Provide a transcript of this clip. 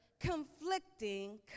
conflicting